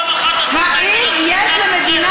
פעם אחת, פעם אחת, ישראל קודם.